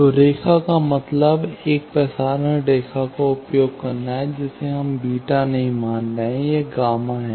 तो रेखा का मतलब एक प्रसारण रेखा का उपयोग करना है जिसे हम बीटा β नहीं मान रहे हैं यह गामा γ है